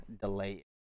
delay